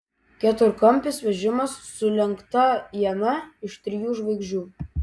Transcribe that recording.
keturkampis vežimas su lenkta iena iš trijų žvaigždžių